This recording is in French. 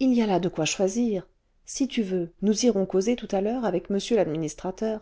il y a là de quoi choisir si tu veux nous irons causer tout à l'heure avec m l'administrateur